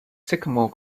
sycamore